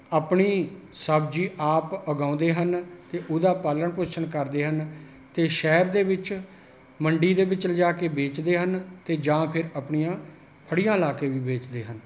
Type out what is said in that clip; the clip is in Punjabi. ਆਪਣੀ ਸਬਜ਼ੀ ਆਪ ਉਗਾਉਂਦੇ ਹਨ ਅਤੇ ਉਹਦਾ ਪਾਲਣ ਪੋਸ਼ਣ ਕਰਦੇ ਹਨ ਅਤੇ ਸ਼ਹਿਰ ਦੇ ਵਿੱਚ ਮੰਡੀ ਦੇ ਵਿੱਚ ਲਿਜਾ ਕੇ ਵੇਚਦੇ ਹਨ ਅਤੇ ਜਾਂ ਫਿਰ ਆਪਣੀਆਂ ਫੜੀਆਂ ਲਗਾ ਕੇ ਵੀ ਵੇਚਦੇ ਹਨ